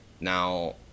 Now